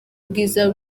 ubwiza